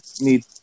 need